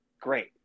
great